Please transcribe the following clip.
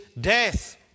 death